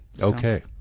Okay